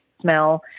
smell